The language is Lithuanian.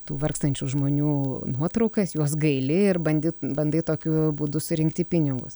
tų vargstančių žmonių nuotraukas juos gaili ir bandyt bandai tokiu būdu surinkti pinigus